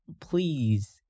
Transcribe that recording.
please